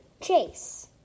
Chase